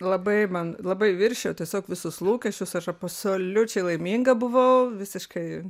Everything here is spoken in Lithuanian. labai man labai viršijo tiesiog visus lūkesčius aš absoliučiai laiminga buvau visiškai